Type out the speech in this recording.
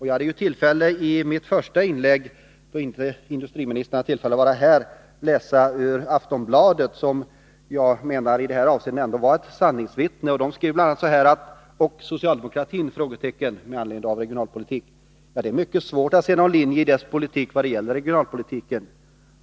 Jag läste i mitt första inlägg, då industriministern inte hade tillfälle att vara närvarande, ur Aftonbladet, som enligt min mening i detta avseende var ett sanningsvittne. Man skrev med anledning av regionalpolitiken: ”Och socialdemokratin? Ja, det är mycket svårt att se någon linje i dess politik vad gäller regionalpolitiken.